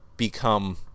become